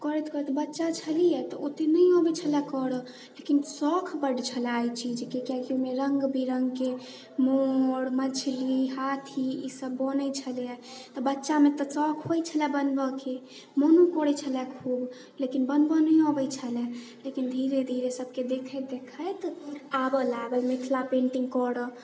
करैत करैत बच्चा छलिऐ तऽ ओते नहि अबैए छलय करऽ लेकिन शौक बड छलए एहि चीजके किआकि ओहिमे रङ्ग विरङ्गके मोर मछली हाथी ई सब बनैत छलैए तऽ बच्चामे तऽ शौक होइत छलैए बनबैके मनो करैत छलऽ खूब लेकिन बनबऽ नहि अबैत छलऽ लेकिन धीरे धीरे सबके देखैत देखैत आबऽ लागल मिथिला पेंटिङ्ग करऽ